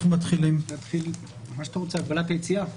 נתחיל עם הגבלת היציאה.